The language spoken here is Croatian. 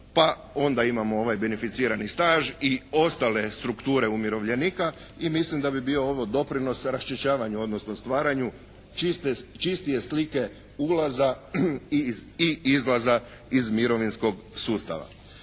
pa onda imamo ovaj beneficirani staž i ostale strukture umirovljenika i mislim da bi bio ovo doprinos raščišćavanju odnosno stvaranju čiste, čistije slike ulaza i izlaza iz mirovinskog sustava.